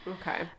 Okay